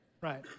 Right